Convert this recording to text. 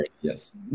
yes